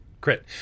crit